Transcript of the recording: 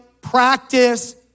practice